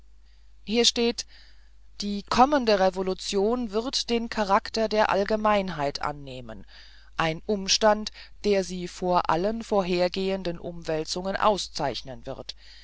hier steht die kommende revolution wird den charakter der allgemeinheit annehmen ein umstand der sie vor allen vorhergehenden umwälzungen auszeichnen wird